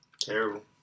Terrible